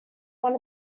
one